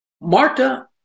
Marta